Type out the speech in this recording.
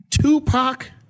Tupac